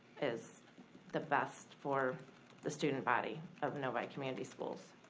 is the best for the student body of novi community schools.